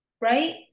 right